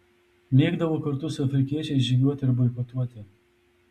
mėgdavo kartu su afrikiečiais žygiuoti ir boikotuoti